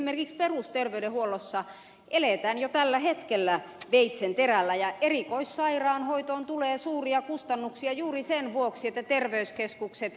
esimerkiksi perusterveydenhuollossa eletään jo tällä hetkellä veitsenterällä ja erikoissairaanhoitoon tulee suuria kustannuksia juuri sen vuoksi että terveyskeskukset eivät toimi